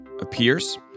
appears